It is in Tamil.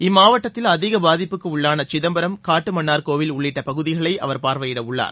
இம்மாவட்டத்தில் அதிக பாதிப்புக்கு உள்ளான சிதம்பரம் காட்டுமன்னார்கோவில் உள்ளிட்ட பகுதிகளை அவர் பார்வையிட உள்ளார்